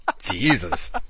Jesus